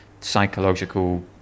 psychological